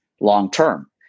long-term